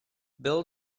bill